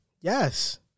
Yes